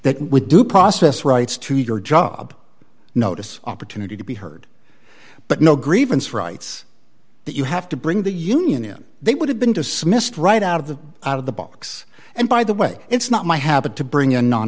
that with due process rights to your job notice opportunity to be heard but no grievance rights that you have to bring the union in they would have been dismissed right out of the out of the box and by the way it's not my habit to bring in non